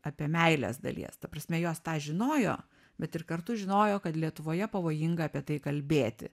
apie meilės dalies ta prasme jos tą žinojo bet ir kartu žinojo kad lietuvoje pavojinga apie tai kalbėti